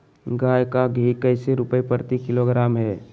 गाय का घी कैसे रुपए प्रति किलोग्राम है?